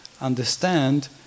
understand